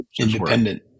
independent